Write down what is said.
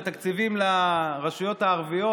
שהתקציבים לרשויות הערביות,